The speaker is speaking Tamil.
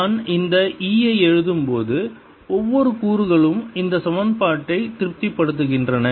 நான் இந்த E ஐ எழுதும்போது ஒவ்வொரு கூறுகளும் இந்த சமன்பாட்டை திருப்திப்படுத்துகின்றன